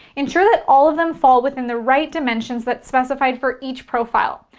ensure that all of them fall within the right dimensions that's specified for each profile.